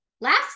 last